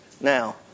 now